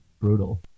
brutal